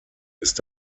ist